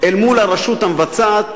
אל מול הרשות המבצעת